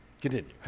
Continue